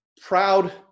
proud